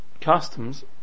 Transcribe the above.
customs